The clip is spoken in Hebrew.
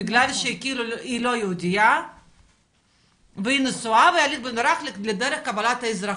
בגלל שכאילו היא לא יהודייה והיא נשואה בהליך מדורג לדרך קבלת האזרחות.